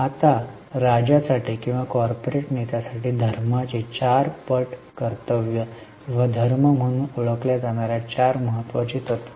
आता राजा साठी किंवा कॉर्पोरेट नेत्या साठी धर्माची चार पट कर्तव्ये किंवा धर्म म्हणून ओळखल्या जाणार्या चार महत्वाची तत्त्वे